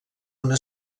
una